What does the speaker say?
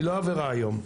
היא לא עבירה היום.